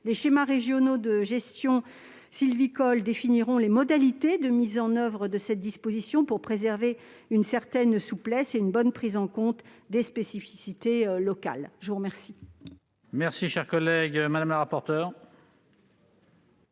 Les schémas régionaux de gestion sylvicole définiront les modalités de mise en oeuvre de cette disposition pour préserver une certaine souplesse et une bonne prise en compte des spécificités locales. Quel